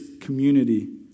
community